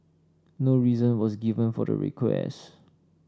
no reason was given for the request